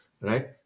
Right